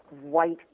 white